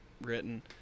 written